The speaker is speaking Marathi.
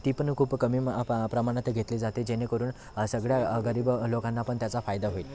ती पण खूप कमी प्रमाणात घेतली जाते जेणेकरून सगळ्या गरीब लोकांना पण त्याचा फायदा होईल